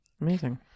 amazing